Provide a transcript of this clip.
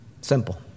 Simple